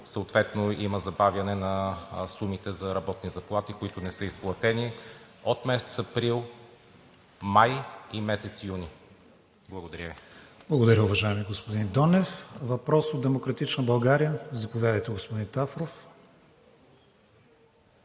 съответно има забавяне на сумите за работни заплати, които не са изплатени от месец април, май и месец юни. Благодаря Ви. ПРЕДСЕДАТЕЛ КРИСТИАН ВИГЕНИН: Благодаря, уважаеми господин Донев. Въпрос от „Демократична България“ – заповядайте, господин Тафров.